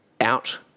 out